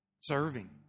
Serving